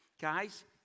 Guys